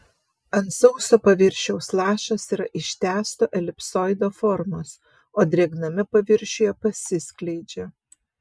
ant sauso paviršiaus lašas yra ištęsto elipsoido formos o drėgname paviršiuje pasiskleidžia